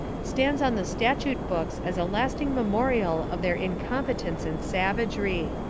stands on the statute books as a lasting memorial of their incompetence and savagery.